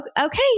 okay